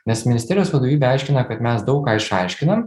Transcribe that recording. nes ministerijos vadovybė aiškina kad mes daug ką išaiškinam